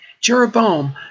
Jeroboam